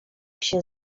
się